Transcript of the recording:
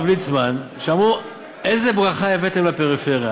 ליצמן ואמרו: איזו ברכה הבאתם לפריפריה.